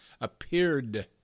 appeared